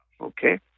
Okay